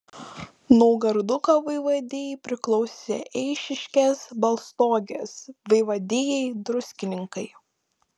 naugarduko vaivadijai priklausė eišiškės balstogės vaivadijai druskininkai